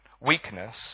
weakness